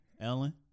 Ellen